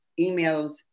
emails